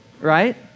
Right